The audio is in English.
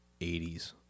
80s